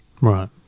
Right